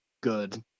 good